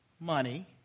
Money